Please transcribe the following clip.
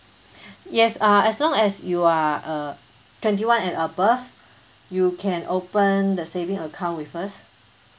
yes uh as long as you are uh twenty one and above you can open the saving account with us